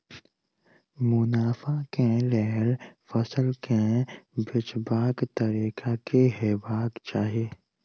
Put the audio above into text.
मुनाफा केँ लेल फसल केँ बेचबाक तरीका की हेबाक चाहि?